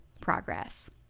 progress